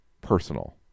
personal